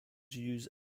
use